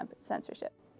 censorship